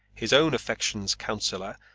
his own affections' counsellor,